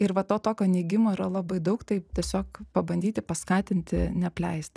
ir va to tokio neigimo yra labai daug tai tiesiog pabandyti paskatinti neapleisti